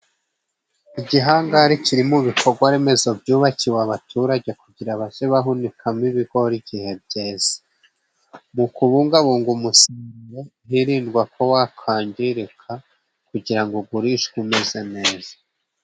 Igihangare kirimo ibikogwa remezo byubakiwe abaturage kugira bajye bahunikamo ibigori igihe byeze, mu kubungabunga umusaruro hirindwa ko wakangirika kugira ngo ugurishwe umeze neza.